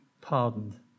pardoned